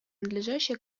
надлежащая